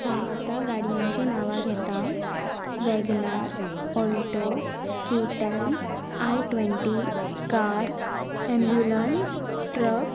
हांव आतां गाडयांची नांवां घेता wagon R Alto K ten I twenty car ambulance truck